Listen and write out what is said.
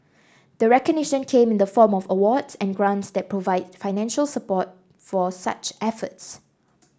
the recognition came in the form of awards and grants that provide financial support for such efforts